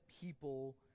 people